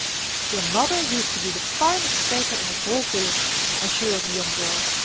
your mother used to be the finest skater in the whole village when she was a young girl.